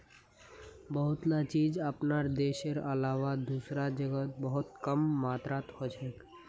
बहुतला चीज अपनार देशेर अलावा दूसरा जगह बहुत कम मात्रात हछेक